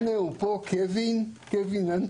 הנה הוא פה, קווין אנטוניס.